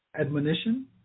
admonition